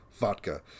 vodka